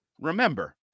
remember